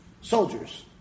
soldiers